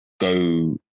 go